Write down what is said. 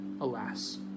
alas